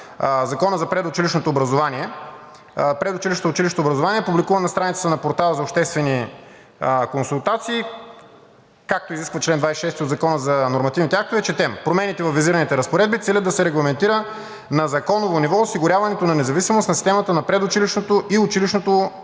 Закона за предучилищното и училищното образование, публикуван на страницата на портала за обществени консултации, както изисква чл. 26 от Закона за нормативни актове, четем: „Промените във визираните разпоредби целят да се регламентира на законово ниво осигуряването на независимост на системата на предучилищното и училищното образование.“